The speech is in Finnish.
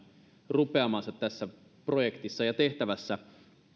rupeamansa tässä projektissa ja tehtävässä